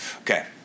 okay